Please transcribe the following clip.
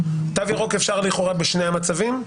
תו ירוק אפשר לכאורה בשני המצבים?